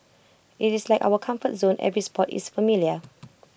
IT is like our comfort zone every spot is familiar